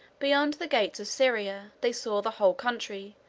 beyond the gates of syria, they saw the whole country,